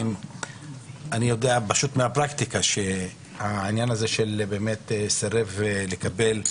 אני יודע מהפרקטיקה שהעניין הזה של "סירב לקבל"